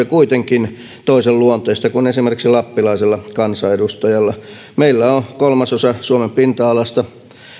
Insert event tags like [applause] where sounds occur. [unintelligible] kuitenkin toisenluonteista kuin esimerkiksi lappilaisella kansanedustajalla meillä on kolmasosa suomen pinta alasta